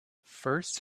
first